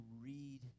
read